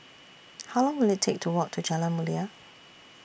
How Long Will IT Take to Walk to Jalan Mulia